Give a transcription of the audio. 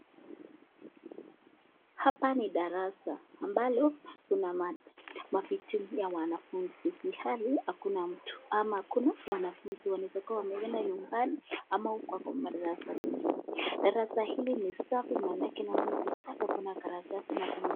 Hapa ni darasa ambalo kuna maviti ya wanafunzi ilhali hakuna mtu au hakuna wanafunzi wanaeza kuwa wameenda nyumbani ama wako madarasa mengine. Darasa hili ni safi manake naona ni kusafi hakuna karatasi.